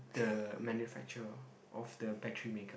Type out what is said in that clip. the manufacture of the battery maker